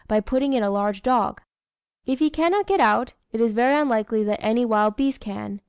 by putting in a large dog if he cannot get out, it is very unlikely that any wild beast can.